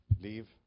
leave